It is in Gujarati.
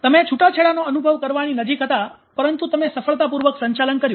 તમે છૂટાછેડાનો અનુભવ કરવાની નજીક હતા પરંતુ તમે સફળતાપૂર્વક સંચાલન કર્યું